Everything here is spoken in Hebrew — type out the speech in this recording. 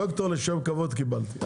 דוקטור לשם כבוד קיבלתי.